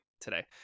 today